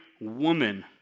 woman